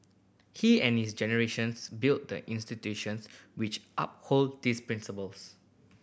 he and his generations built the institutions which uphold these principles